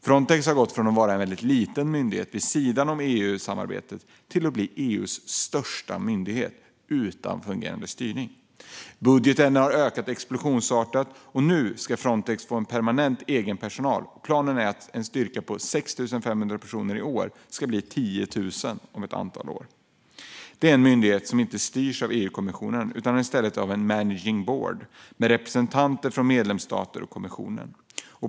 Frontex har gått från att vara en väldigt liten myndighet vid sidan om EU-samarbetet till att bli EU:s största myndighet, utan fungerade styrning. Budgeten har ökat explosionsartat, och nu ska Frontex få permanent egen personal. Planen är att styrkan som i år uppgår till 6 500 personer ska öka till 10 000 om ett antal år. Frontex är en myndighet som inte styrs av EU-kommissionen utan i stället av en managing board med representanter från medlemsstater och kommissionen.